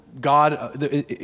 God